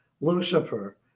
Lucifer